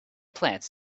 plants